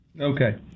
Okay